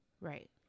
Right